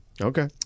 Okay